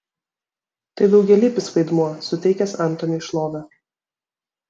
tai daugialypis vaidmuo suteikęs antoniui šlovę